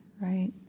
right